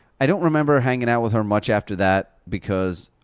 i don't remember hanging out with her much after that because